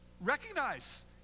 Recognize